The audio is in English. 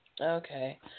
Okay